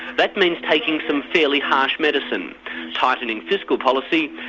that means taking some fairly harsh medicine tightening fiscal policy,